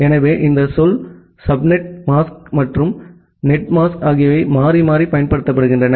எனவே இந்த சொல் சப்நெட் மாஸ்க் மற்றும் நெட்மாஸ்க் ஆகியவை மாறி மாறி பயன்படுத்தப்படுகின்றன